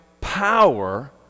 power